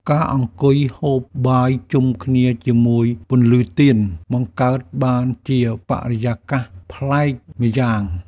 ការអង្គុយហូបបាយជុំគ្នាជាមួយពន្លឺទៀន បង្កើតបានជាបរិយាកាសប្លែកម្យ៉ាង។